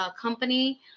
company